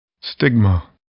Stigma